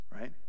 right